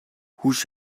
هوش